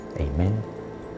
Amen